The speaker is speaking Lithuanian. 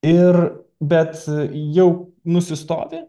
ir bet jau nusistovi